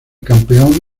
campeón